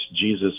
Jesus